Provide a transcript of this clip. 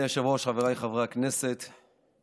הטמעת שינויים